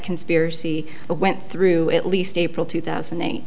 conspiracy went through at least april two thousand and eight